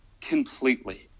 completely